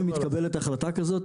גם אם מתקבלת החלטה כזאת,